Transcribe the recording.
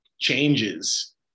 changes